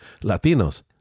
Latinos